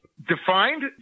Defined